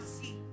see